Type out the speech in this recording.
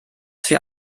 für